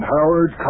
Howard